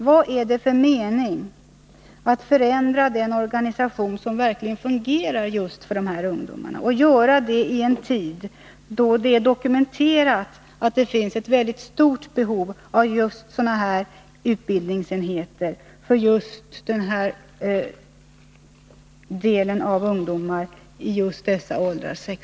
Vad är det för mening med att förändra den organisation som verkligen fungerar för dessa ungdomar i åldern 16-18 år och att göra det i en tid, då det är dokumenterat att det finns ett mycket stort behov av sådana här utbildningsenheter för just dem?